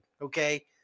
Okay